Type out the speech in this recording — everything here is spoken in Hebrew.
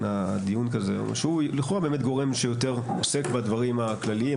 שהוא לכאורה באמת גורם שיותר עוסק בדברים הכלליים,